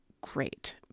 great